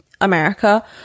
America